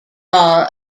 are